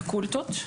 זה הפקולטות.